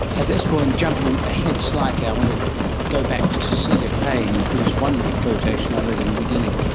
at this point, jumping ahead slightly, i want to go back to cecilia payne, whose wonderful quotation i read in the beginning,